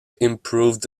improved